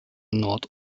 nord